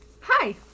Hi